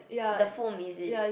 the foam is it